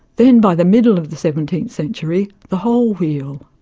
then by the middle of the seventeenth century the whole wheel.